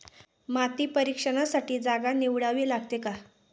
माती परीक्षणासाठी जागा निवडावी लागते का?